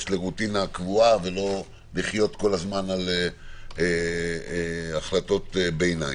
לרוטינה קבועה ולא לחיות כל הזמן על החלטות ביניים.